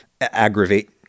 aggravate